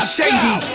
Shady